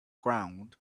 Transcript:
ground